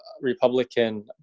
Republican